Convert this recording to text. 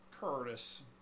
Curtis